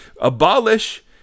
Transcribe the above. abolish